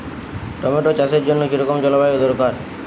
Tomato চাষের জন্য কি রকম জলবায়ু দরকার?